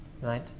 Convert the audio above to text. right